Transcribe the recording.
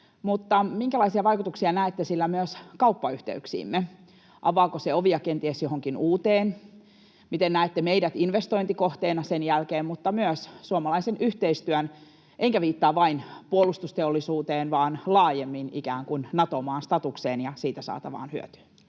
mutta minkälaisia vaikutuksia näette sillä myös kauppayhteyksiimme? Avaako se ovia kenties johonkin uuteen? Miten näette meidät investointikohteena sen jälkeen mutta myös suomalaisen yhteistyön? Enkä viittaa vain puolustusteollisuuteen, vaan laajemmin ikään kuin Nato-maan statukseen ja siitä saatavaan hyötyyn.